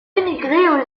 émigrer